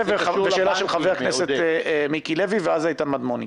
שאלה של חבר הכנסת מיקי לוי ואחרי כן איתן מדמון.